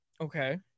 okay